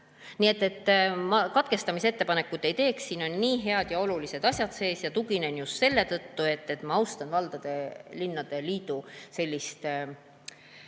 Nii et ma katkestamisettepanekut ei teeks. Siin on nii head ja olulised asjad sees. Tuginen just sellele, et ma austan valdade ja linnade liidu seisukohta,